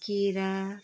केरा